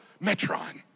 Metron